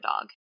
dog